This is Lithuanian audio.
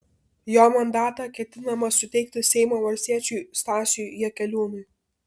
jo mandatą ketinama suteikti seimo valstiečiui stasiui jakeliūnui